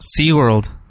SeaWorld